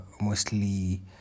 mostly